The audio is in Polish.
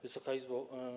Wysoka Izbo!